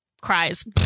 cries